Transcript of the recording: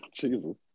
Jesus